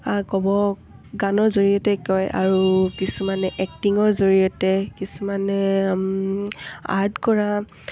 ক'ব গানৰ জৰিয়তে কয় আৰু কিছুমানে এক্টিঙৰ জৰিয়তে কিছুমানে আৰ্ট কৰা